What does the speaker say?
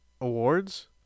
awards